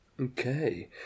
Okay